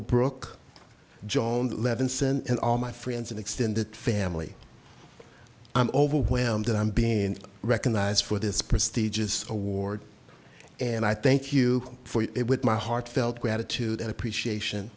broke joan levinson and all my friends and extended family i'm overwhelmed that i'm being recognized for this prestigious award and i thank you for it with my heartfelt gratitude and appreciation